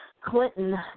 Clinton